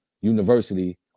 University